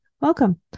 Welcome